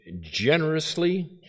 generously